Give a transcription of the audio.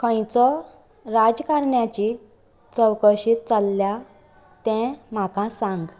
खंयचो राजकारण्याची चवकशी चल्ल्या तें म्हाका सांग